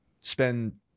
spend